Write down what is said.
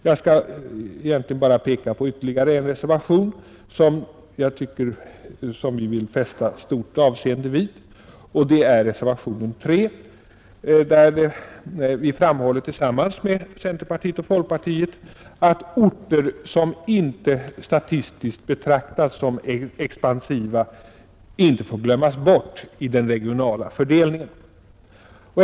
Jag skall egentligen bara peka på ytterligare en reservation som vi vill fästa stort avseende vid, och det är reservationen 3 vid civilutskottets betänkande nr 12, där vi tillsammans med centerpartiet framhåller att orter, som inte statistiskt betraktas som expansiva, inte får glömmas bort i den regionala fördelningen.